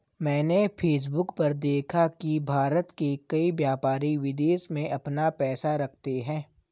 मैंने फेसबुक पर देखा की भारत के कई व्यापारी विदेश में अपना पैसा रखते हैं